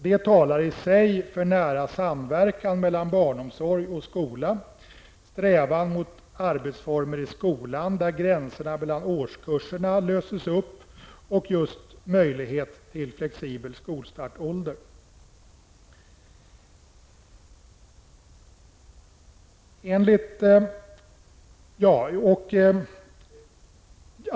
Det talar i sig för en nära samverkan mellan barnomsorg och skola, en strävan mot arbetsformer i skolan där gränserna mellan årskurserna löses upp och just möjlighet till flexibel skolstartålder.